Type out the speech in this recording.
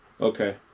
Okay